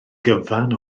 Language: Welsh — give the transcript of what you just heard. gyfan